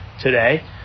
Today